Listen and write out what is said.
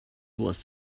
was